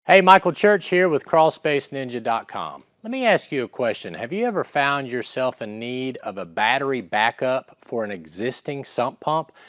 hey, michael church here with crawlspaceninja com. let me ask you a question. have you ever found yourself in need of a battery backup for an existing sump pump?